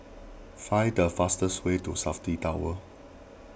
find the fastest way to Safti Tower